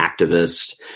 activist